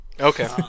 Okay